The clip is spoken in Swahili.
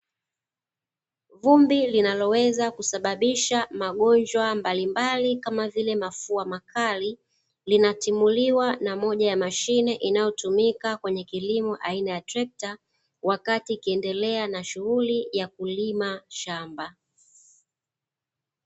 Vumbi linaloweza kusababisha magonjwa mbalimbali kama vile mafua makali, linatimuliwa na moja ya mashine inayotumika kwenye kilimo aina ya trekta wakati ikiendelea na shughuli ya kulima shamba.